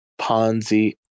Ponzi